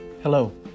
Hello